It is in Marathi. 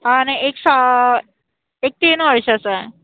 आणि एक सा एक तीन वर्षाचा आहे